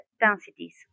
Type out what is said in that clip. densities